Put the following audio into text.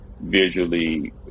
visually